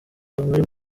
muri